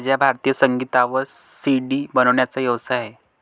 माझा भारतीय संगीतावर सी.डी बनवण्याचा व्यवसाय आहे